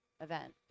event